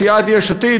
בסיעת יש עתיד,